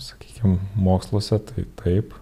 sakykim moksluose tai taip